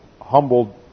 humbled